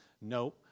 No